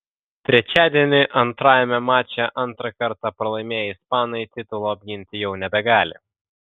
trečiadienį antrajame mače antrą kartą pralaimėję ispanai titulo apginti jau nebegali